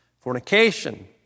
Fornication